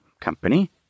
company